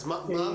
אז מה המדיניות?